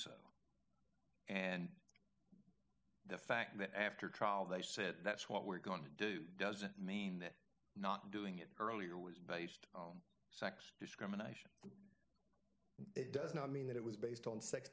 so and the fact that after trial they said that's what we're going to do doesn't mean not doing it earlier was based on sex discrimination does not mean that it was based on sex